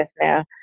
now